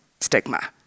stigma